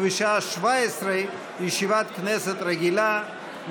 ובשעה 17:00, ישיבת כנסת רגילה.